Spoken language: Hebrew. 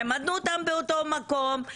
העמדנו אותם באותו מקום,